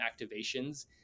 activations